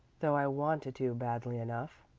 though i wanted to badly enough.